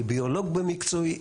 אני ביולוג במקצועי.